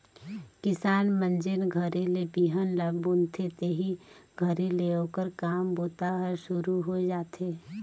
किसान मन जेन घरी ले बिहन ल बुनथे तेही घरी ले ओकर काम बूता हर सुरू होए जाथे